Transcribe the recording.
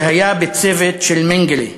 שהיה בצוות של מנגלה.